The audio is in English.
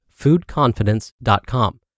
foodconfidence.com